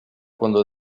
cuando